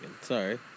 sorry